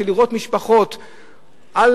של משפחות שנמצאות,